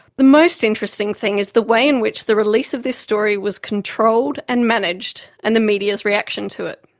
the most interesting thing is the way in which the release of this story was controlled and managed, and the media's reaction to it.